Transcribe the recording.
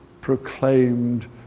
proclaimed